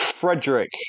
Frederick